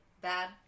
Bad